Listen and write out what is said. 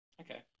Okay